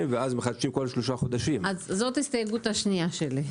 זאת ההסתייגות השנייה שלי.